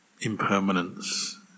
impermanence